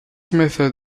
method